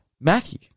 Matthew